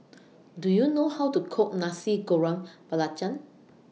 Do YOU know How to Cook Nasi Goreng Belacan